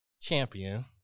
champion